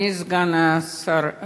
אדוני סגן השר,